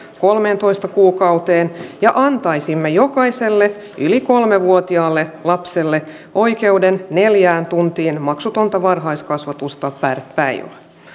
kolmeentoista kuukauteen ja antaisimme jokaiselle yli kolme vuotiaalle lapselle oikeuden neljään tuntiin maksutonta varhaiskasvatusta per päivä